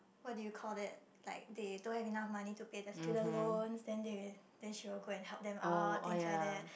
what did you call that like they don't have enough money to pay the student loan then they then she will go and help them out things like that